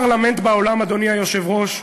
אין פרלמנט בעולם, אדוני היושב-ראש,